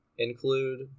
include